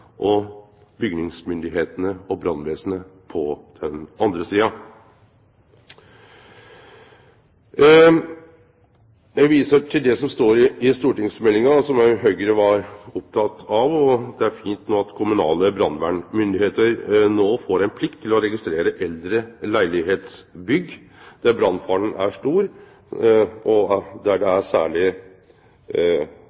og bygningsstyresmaktene og brannvesenet på den andre sida. Eg viser til det som står i stortingsmeldinga, som òg Høgre var oppteke av, og det er fint at lokale brannvernstyresmakter no får ei plikt til å registrere eldre leilegheitsbygg der brannfaren er stor,